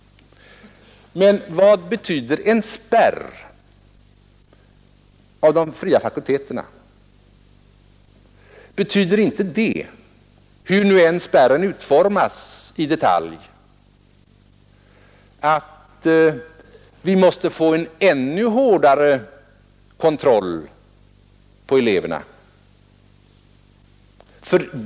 Men vad betyder en spärr när det gäller de fria fakulteterna? Betyder inte detta, hur än spärren i detalj utformas, att vi måste få en ännu hårdare kontroll?